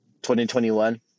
2021